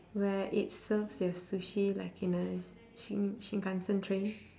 where it serves your sushi like in a shin~ shinkansen tray